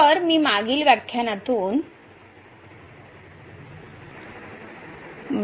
तर मी मागील व्याख्यानातून फक्त आठवतो